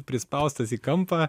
prispaustas į kampą